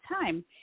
time